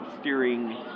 steering